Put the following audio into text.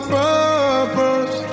purpose